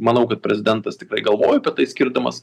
manau kad prezidentas tiktai galvojo apie tai skirdamas